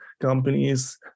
companies